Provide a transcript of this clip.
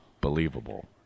believable